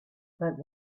but